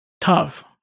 tough